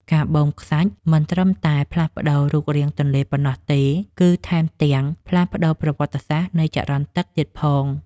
ការបូមខ្សាច់មិនត្រឹមតែផ្លាស់ប្តូររូបរាងទន្លេប៉ុណ្ណោះទេ គឺ ថែមទាំងផ្លាស់ប្តូរប្រវត្តិសាស្ត្រនៃចរន្តទឹកទៀតផង។